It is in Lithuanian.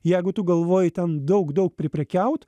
jeigu tu galvoji ten daug daug priprekiaut